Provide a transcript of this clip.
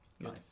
Nice